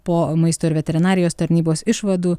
po maisto ir veterinarijos tarnybos išvadų